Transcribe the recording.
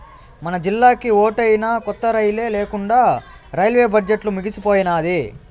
మనజిల్లాకి ఓటైనా కొత్త రైలే లేకండా రైల్వే బడ్జెట్లు ముగిసిపోయినాది